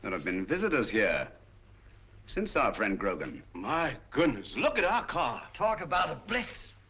have been visitors here since our friend grogan. my goodness, look at our car. talk about a blitz.